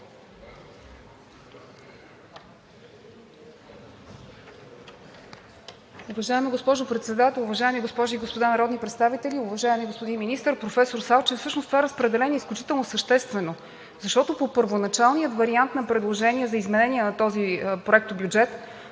Уважаема госпожо Председател, уважаеми госпожи и господа народни представители, уважаеми господин Министър! Професор Салчев, всъщност това разпределение е изключително съществено, защото по първоначалния вариант на предложението за изменение на този проектобюджет,